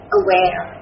aware